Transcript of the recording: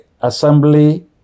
assembly